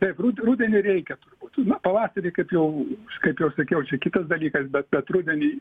taip rudenį reikia turbūt na pavasarį kaip jau kaip jau sakiau čia kitas dalykas bet kad rudenį